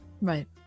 Right